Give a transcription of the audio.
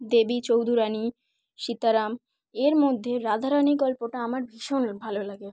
দেবী চৌধুরানী সীতারাম এর মধ্যে রাধারানী গল্পটা আমার ভীষণ ভালো লাগে